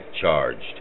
charged